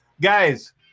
Guys